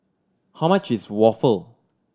how much is waffle